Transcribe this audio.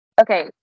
Okay